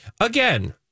again